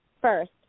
first